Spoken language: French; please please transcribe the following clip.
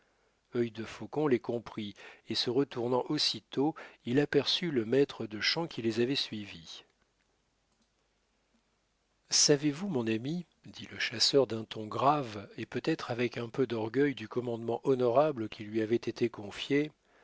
être œil de faucon les comprit et se retournant aussitôt il aperçut le maître de chant qui les avait suivis savez-vous mon ami dit le chasseur d'un ton grave et peut-être avec un peu d'orgueil du commandement honorable qui lui avait été confié